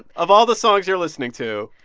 of all the songs you're listening to.